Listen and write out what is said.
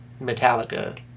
Metallica